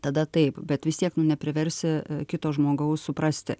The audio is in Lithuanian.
tada taip bet vistiek nu nepriversi kito žmogaus suprasti